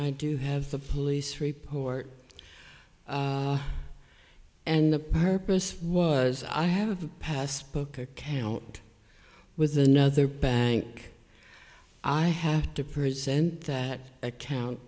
i do have a police report and the purpose was i have passed book account with another bank i have to present that account